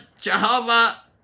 Jehovah